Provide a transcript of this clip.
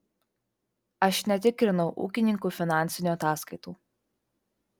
aš netikrinau ūkininkų finansinių ataskaitų